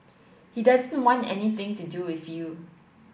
he doesn't want anything to do with you